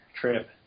trip